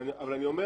אבל אני אומר,